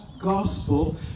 gospel